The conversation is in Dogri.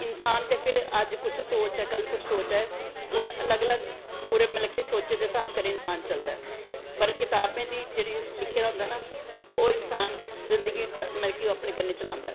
इंसान दे ते अज्ज कुश सोच ऐ कल कुश सोच ऐ अलग अलग मतलव कि सोचें दे हिसाब कन्नैं इंसान चलदा ऐ पर कतावें पर जेह्ड़ा लिखे दा होंदा ना ओह् इंसान मतलव कि जिन्दगी ओह्दे कन्नैं चलांदा ऐ